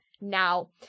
now